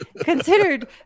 considered